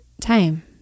time